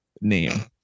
name